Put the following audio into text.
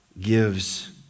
gives